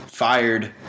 fired